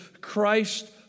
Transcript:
Christ